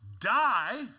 die